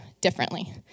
differently